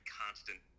constant